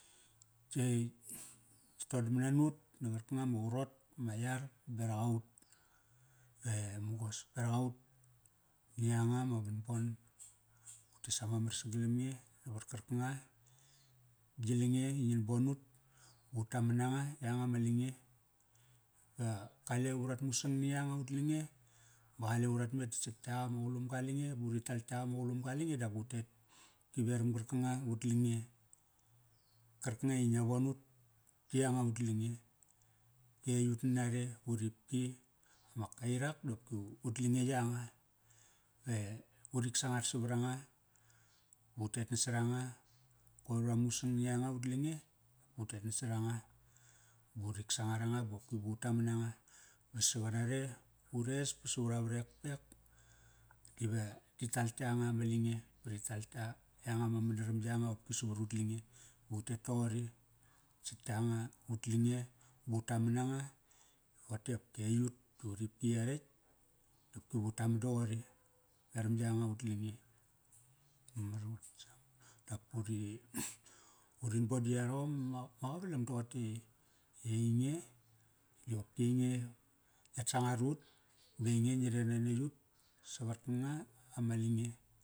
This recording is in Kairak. Ti ta todamna na ut na qarkanga ma qarot, ma yar berak aut. Ve mugod berak aut ni yanga ma vanbon. Utes ama mar sagalam nge navat karkanga gi lange i ngin bon ut ba ut taman nanga, yanga ma lange. Da kale urat musang na yanga ut lange, ba qale urat met sat yak ama qulumga lange. Dap utet ki veram qarkanga ut lange. Karkanga i ngia von ut ti yanga ut lange. Ki aiyut nanre, uripki ma Kairak doki ut lange yanga. Ve urik sangar savaranga. Ba utet nasaranga. Koir ura musang na yanga ut lange. Utet nasaranga. Ba urik sangar anga ba opki vu taman nanga. Ba sa qarare, ures ba sa ura varekpek dive ti tal yanga ma lange. Ba ri tal tka, yanga ma madaram yanga qopki savarut lange. Ba utet toqori, sat yanga ut lange ba ut taman nanga. Rote opki aiyut i uripki yarekt dopki vu taman doqori. Veram yanga ut enge. Dap puri, urin bodi yarom ma ma qavalam doqote i, i ainge, di qopki ainge ngiat sangar ut ba ainge ngi rer nanekt ut, sa qarkanga ama lange.